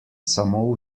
samo